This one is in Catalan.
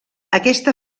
aquesta